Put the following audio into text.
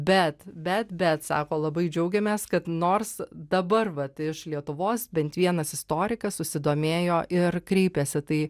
bet bet bet sako labai džiaugiamės kad nors dabar vat iš lietuvos bent vienas istorikas susidomėjo ir kreipėsi tai